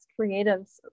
creatives